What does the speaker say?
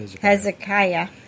Hezekiah